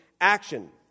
action